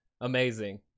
Amazing